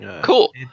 Cool